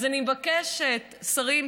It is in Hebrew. אז אני מבקשת: שרים,